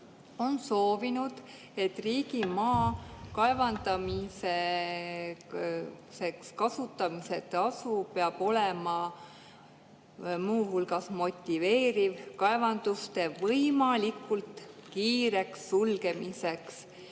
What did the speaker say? on soovinud, et riigimaa kaevandamiseks kasutamise tasu peab olema muu hulgas motiveeriv kaevanduste võimalikult kiireks sulgemiseks.